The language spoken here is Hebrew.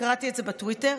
קראתי את זה בטוויטר: